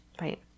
Right